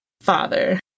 father